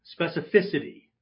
specificity